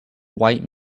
white